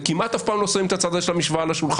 וכמעט אף פעם לא שמים את הצד הזה של המשוואה על השולחן.